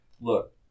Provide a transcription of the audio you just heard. look